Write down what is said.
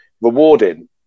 rewarding